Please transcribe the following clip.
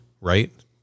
right